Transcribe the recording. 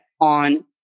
on